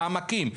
בעמקים,